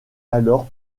alors